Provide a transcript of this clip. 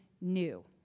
new